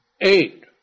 eight